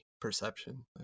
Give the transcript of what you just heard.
perception